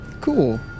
Cool